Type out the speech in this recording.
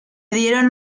dieron